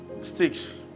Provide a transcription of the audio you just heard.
sticks